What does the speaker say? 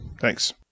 thanks